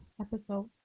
episode